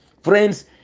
Friends